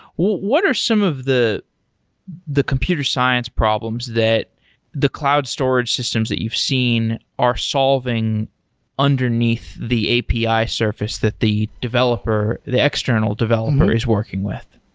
what what are some of the the computer science problems that the cloud storage systems that you've seen are solving underneath the api surface that the developer, the external developer, is working with?